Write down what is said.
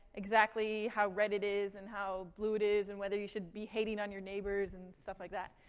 exactly how red it is, and how blue it is, and whether you should be hating on your neighbors, and stuff like that.